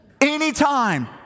Anytime